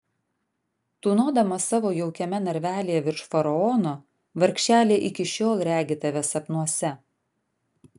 tūnodama savo jaukiame narvelyje virš faraono vargšelė iki šiol regi tave sapnuose